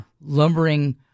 lumbering